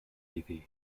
iddi